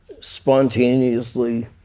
spontaneously